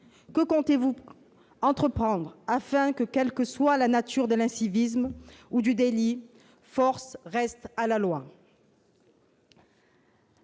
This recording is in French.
que comptez-vous entreprendre afin que, quelle que soit la nature de l'incivilité ou du délit, force reste à la loi ?